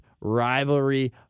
rivalry